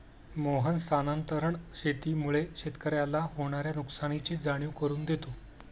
मोहन स्थानांतरण शेतीमुळे शेतकऱ्याला होणार्या नुकसानीची जाणीव करून देतो